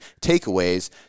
takeaways